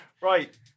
Right